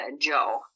Joe